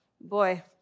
Boy